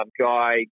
guy